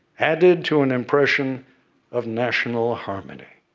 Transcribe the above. added to an impression of national harmony.